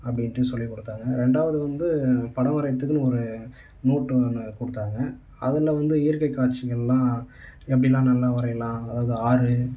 அப்படின்ட்டு சொல்லிக் கொடுத்தாங்க ரெண்டாவது வந்து படம் வரையத்துக்குன்னு ஒரு நோட்டு ஒன்று கொடுத்தாங்க அதில் வந்த இயற்கை காட்சிகளெலாம் எப்படின்னா நல்லா வரையலாம் அதாவது ஆறு